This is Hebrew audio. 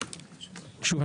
שוב,